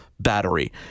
Battery